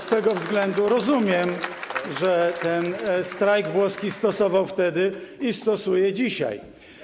Z tego względu rozumiem, że ten strajk włoski stosował wtedy i stosuje go dzisiaj.